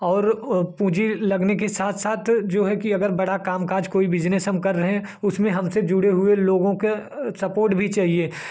और पूंजी लगने के साथ साथ जो है कि अगर बड़ा कामकाज कोई बिजनेस हम कर रहे हैं उसमें हमसे जुड़े हुए लोगों के सपोर्ट भी चाहिए